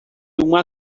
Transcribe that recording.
uma